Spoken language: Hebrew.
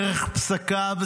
דרך פסקיו,